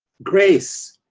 grace,